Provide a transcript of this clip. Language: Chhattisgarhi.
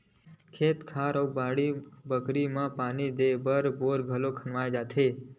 खेत खार अउ बाड़ी बखरी म पानी देय बर बोर घलोक करवाए जाथे